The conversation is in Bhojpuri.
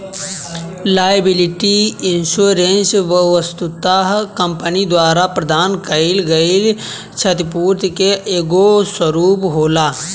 लायबिलिटी इंश्योरेंस वस्तुतः कंपनी द्वारा प्रदान कईल गईल छतिपूर्ति के एगो स्वरूप होला